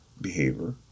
behavior